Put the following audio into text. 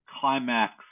climax